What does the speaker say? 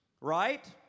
right